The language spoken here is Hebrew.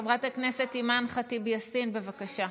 חברת הכנסת אימאן ח'טיב יאסין, בבקשה.